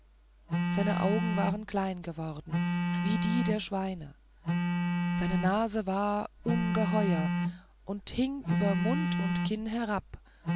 seine augen waren klein geworden wie die der schweine seine nase war ungeheuer und hing über mund und kinn herunter